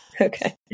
Okay